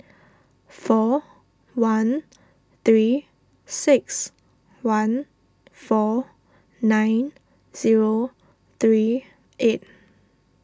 four one three six one four nine zero three eight